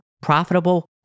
profitable